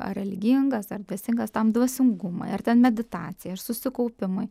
ar religingas ar teisingas tam dvasingumui ir ten meditacijai ar susikaupimui